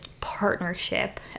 partnership